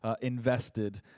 invested